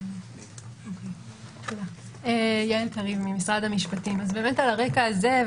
על הרקע הזה,